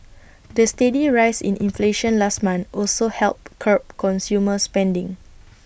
the steady rise in inflation last month also helped curb consumer spending